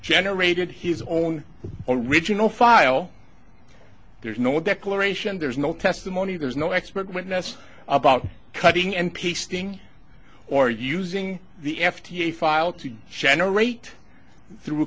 generated his own original file there's no declaration there's no testimony there's no expert witness about cutting and pasting or using the f t file to shine a rate through a